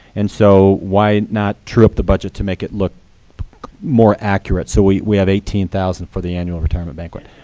and so why not true up the budget to make it look more accurate. so we we have eighteen thousand for the annual retirement banquet.